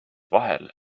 vahel